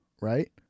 right